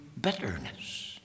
bitterness